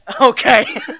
okay